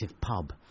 pub